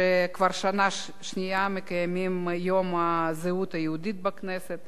שכבר שנה שנייה מקיימים את יום הזהות היהודית בכנסת,